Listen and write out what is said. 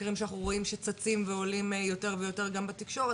מקרים שאנחנו רואים שצצים ועולים יותר-ויותר גם בתקשורת